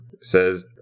says